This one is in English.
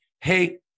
hey